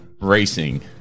racing